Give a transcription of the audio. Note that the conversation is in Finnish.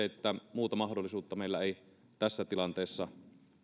mutta muuta mahdollisuutta meillä ei tässä tilanteessa